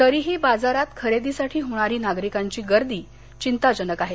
तरीही बाजारात खरेदीसाठी होणारी नागरिकांची गर्दी घिंताजनक आहे